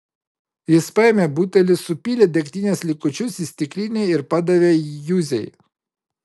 jis paėmė butelį supylė degtinės likučius į stiklinę ir padavė juzei